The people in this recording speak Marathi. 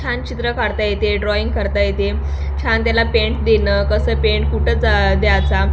छान चित्र काढता येते ड्रॉईंग करता येते छान त्याला पेंट देणं कसं पेंट कुठंच द्याचा